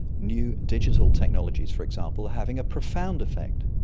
new digital technologies, for example, are having a profound effect.